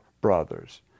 brothers